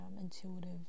intuitive